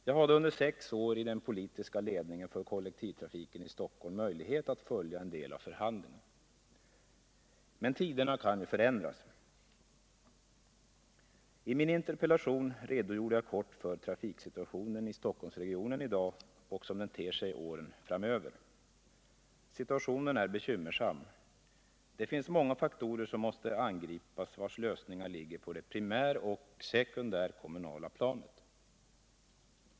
Jag hade under sex år i den politiska ledningen för kollektivtrafiken i Stockholm möjlighet att följa en del av förhandlingarna. Men tiderna kan ju förändras. I min interpellation redogjorde jag kort för trafiksituationen i Stockholmsregionen i dag och som den ter sig åren framöver. Situationen är bekymmersam. Det finns många faktorer som måste angripas, vilkas lösningar ligger på det primäreller sekundärkommunala planet.